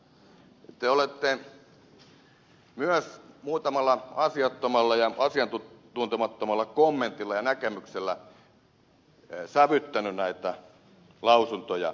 te olette myös muutamalla asiattomalla ja asiantuntemattomalla kommentilla ja näkemyksellä sävyttänyt näitä lausuntoja